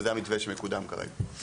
וזה המתווה שמקודם כרגע.